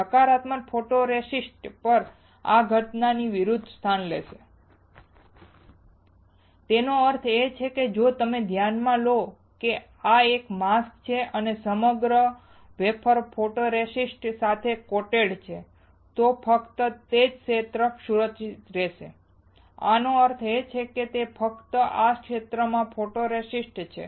નકારાત્મક ફોટોરેસિસ્ટ માં આ ઘટનાની વિરુદ્ધ સ્થાન લેશે તેનો અર્થ એ કે જો તમે ધ્યાનમાં લો કે આ એક માસ્ક છે અને સમગ્ર વેફર ફોટોરેસિસ્ટ સાથે કોટેડ છે તો ફક્ત તે જ ક્ષેત્ર સુરક્ષિત રહેશે આનો અર્થ એ કે ફક્ત આ ક્ષેત્રમાં ફોટોરેસિસ્ટ છે